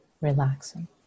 relaxing